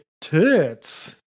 tits